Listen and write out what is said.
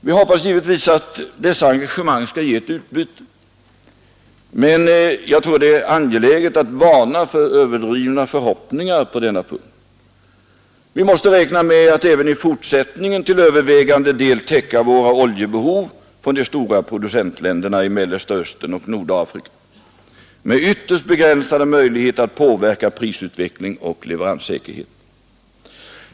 Vi hoppas givetvis att dessa engagemang skall ge ett utbyte, men jag tror det är angeläget att varna för överdrivna förhoppningar på denna punkt. Vi måste räkna med att även i fortsättningen till övervägande del täcka våra oljebehov från de stora producentländerna i Mellersta Östern och Nordafrika, med ytterst begränsade möjligheter att påverka prisutveckling och leveranssäkerhet.